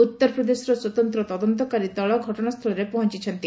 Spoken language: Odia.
ଉତ୍ତରପ୍ରଦେଶର ସ୍ୱତନ୍ତ୍ର ତଦନ୍ତକାରୀ ଦଳ ଘଟଣାସ୍ଥଳରେ ପହଞ୍ଚୁଛନ୍ତି